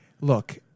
look